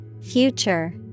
Future